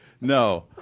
No